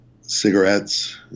cigarettes